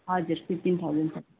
हजुर फिफ्टिन थाउजन्डको